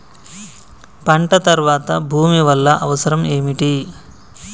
పంట తర్వాత భూమి వల్ల అవసరం ఏమిటి?